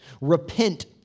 repent